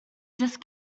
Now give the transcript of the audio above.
just